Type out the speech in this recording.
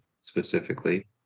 specifically